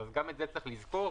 לקוחות: